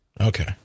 Okay